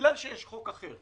בגלל שיש חוק אחר